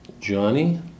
Johnny